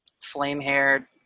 flame-haired